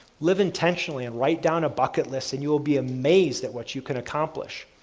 live intentionally and write down a bucket list and you'll be amazed at what you can accomplish.